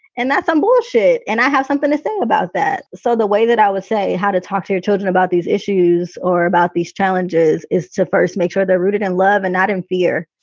and that's um bullshit. and i have something to say about that. so the way that i would say how to talk to your children about these issues or about these challenges is to first make sure they're rooted in love and not in fear,